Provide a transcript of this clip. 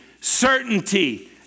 certainty